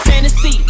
Fantasy